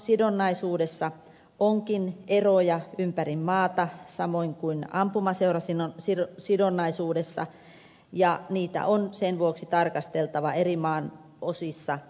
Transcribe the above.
metsästysseurasidonnaisuudessa onkin eroja ympäri maata samoin kuin ampumaseurasidonnaisuudessa ja niitä on sen vuoksi tarkasteltava maan eri osissa eri tavoin